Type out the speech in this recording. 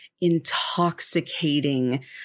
intoxicating